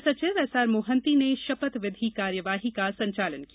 मुख्य सचिव एसआर मोहंती ने शपथ विधि कार्यवाही का संचालन किया